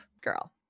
girl